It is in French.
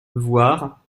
voir